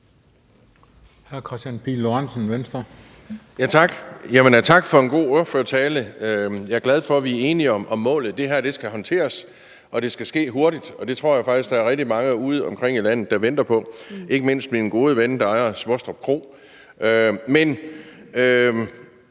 tak for en god ordførertale. Jeg er glad for, vi er enige om målet. Det her skal håndteres, og det skal ske hurtigt, og det tror jeg faktisk der er rigtig mange udeomkring i landet der venter på – ikke mindst min gode ven, der ejer Svostrup Kro. Men